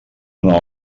una